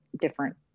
different